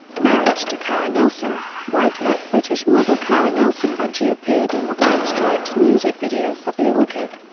marriage to karen elson white met british model karen elson when she appeared in the white stripes music video for blue orchid.